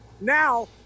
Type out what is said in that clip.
now